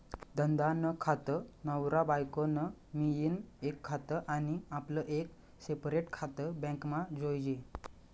धंदा नं खातं, नवरा बायको नं मियीन एक खातं आनी आपलं एक सेपरेट खातं बॅकमा जोयजे